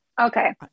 Okay